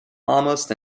almost